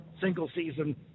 single-season